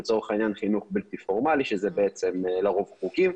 ולצורך העניין חינוך בלתי פורמלי שזה בעצם לרוב חוקי.